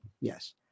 Yes